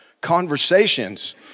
conversations